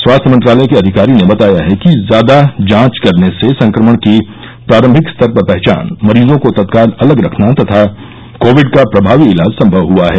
स्वास्थ्य मंत्रालय के अधिकारी ने बताया कि ज्यादा जांच करने से संक्रमण की प्रारंभिक स्तर पर पहचान मरीजों को तत्काल अलग रखना तथा कोविड का प्रभावी इलाज सभव हुआ है